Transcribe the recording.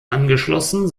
angeschlossen